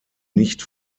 nicht